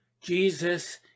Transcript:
Jesus